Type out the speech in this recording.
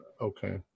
Okay